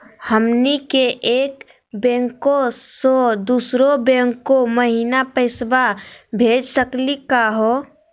हमनी के एक बैंको स दुसरो बैंको महिना पैसवा भेज सकली का हो?